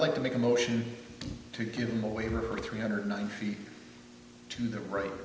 like to make a motion to give them a waiver for three hundred ninety two the right